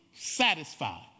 satisfied